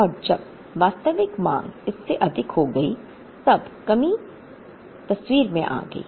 और जब वास्तविक मांग इससे अधिक हो गई तब कमी तस्वीर में आ गई